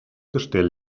gestell